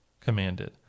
commanded